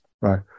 right